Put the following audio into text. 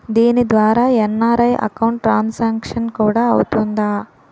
దీని ద్వారా NRI account transaction కూడా అవుతుందా?